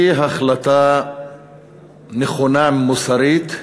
היא החלטה נכונה מוסרית,